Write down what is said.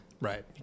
Right